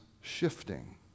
shifting